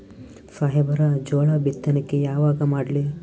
ಸಾಹೇಬರ ಜೋಳ ಬಿತ್ತಣಿಕಿ ಯಾವಾಗ ಮಾಡ್ಲಿ?